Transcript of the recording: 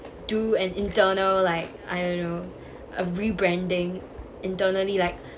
do an internal like I don't know a rebranding internally like